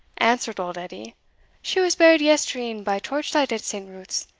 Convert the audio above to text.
answered old edie she was buried yestreen by torch-light at st. ruth's,